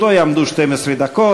לרשותו יעמדו 12 דקות.